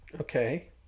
Okay